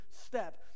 step